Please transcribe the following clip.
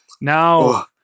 now